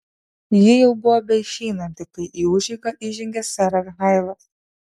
ji jau buvo beišeinanti kai į užeigą įžengė seras hailas